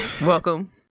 Welcome